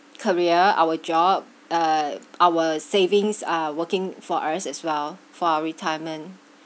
career our job uh our savings are working for us as well for our retirement